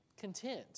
Content